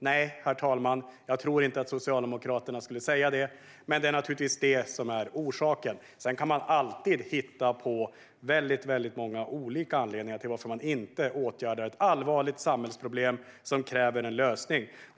Nej, herr talman, jag tror inte att Socialdemokraterna skulle säga det, men det är naturligtvis det som är orsaken. Sedan kan man alltid hitta på många olika anledningar till att man inte åtgärdar ett allvarligt samhällsproblem som kräver en lösning.